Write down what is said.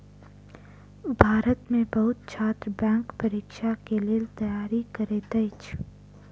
भारत में बहुत छात्र बैंक परीक्षा के लेल तैयारी करैत अछि